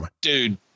Dude